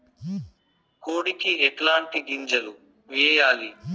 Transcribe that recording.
కోడికి ఎట్లాంటి గింజలు వేయాలి?